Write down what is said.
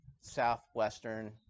southwestern